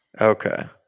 Okay